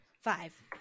Five